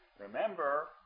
Remember